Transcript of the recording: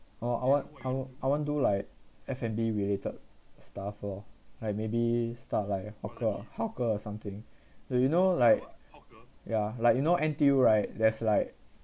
or what I I want do like F_N_B related stuff lor like maybe start like hawker hawker or something you you know like ya like you know N_T_U right there's like